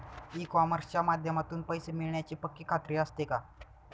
E कॉमर्सच्या माध्यमातून पैसे मिळण्याची पक्की खात्री असते का?